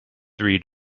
three